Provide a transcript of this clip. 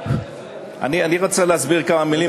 אני רוצה להסביר בכמה מילים,